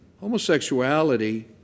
Homosexuality